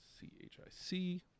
C-H-I-C